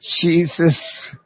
Jesus